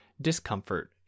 discomfort